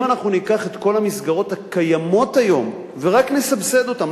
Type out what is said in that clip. אם אנחנו ניקח את כל המסגרות הקיימות היום ורק נסבסד אותן,